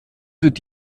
wird